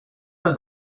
for